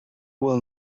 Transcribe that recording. will